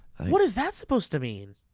what is that supposed to mean?